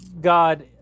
God